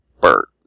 Bert